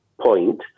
point